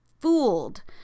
fooled